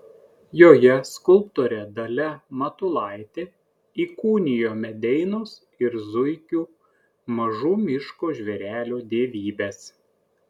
joje skulptorė dalia matulaitė įkūnijo medeinos ir zuikių mažų miško žvėrelių dievybes